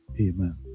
Amen